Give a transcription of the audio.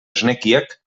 esnekiak